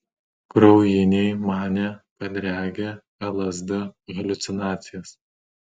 kraujiniai manė kad regi lsd haliucinacijas